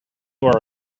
are